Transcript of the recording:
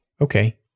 Okay